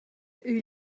eut